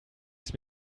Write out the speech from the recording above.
ist